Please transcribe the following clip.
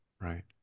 right